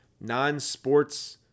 non-sports